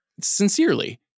sincerely